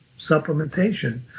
supplementation